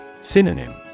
Synonym